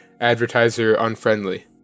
advertiser-unfriendly